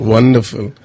Wonderful